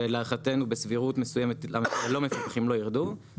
ולהערכתנו בסבירות מסוימת הלא מפוקחים לא יירדו,